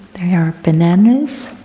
they are bananas,